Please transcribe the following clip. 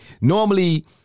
normally